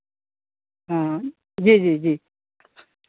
हाँ हाँ जी जी जी